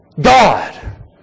God